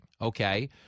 Okay